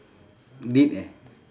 did eh